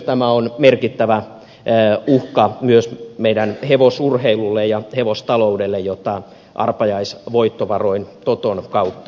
tämä on myös merkittävä uhka meidän hevosurheilulle ja hevostaloudelle jota arpajaisvoittovaroin toton kautta tuetaan